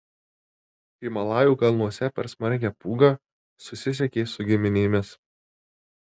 himalajų kalnuose per smarkią pūgą susisiekė su giminėmis